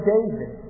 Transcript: David